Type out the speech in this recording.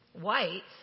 Whites